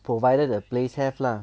provided the place have lah